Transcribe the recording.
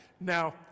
Now